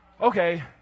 Okay